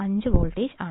5 voltage ആണ്